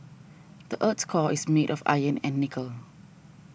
the earth's core is made of iron and nickel